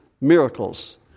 miracles